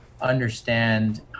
understand